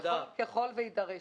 ככל שיידרש.